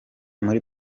muri